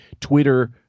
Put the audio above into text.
Twitter